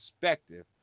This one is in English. perspective